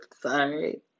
Sorry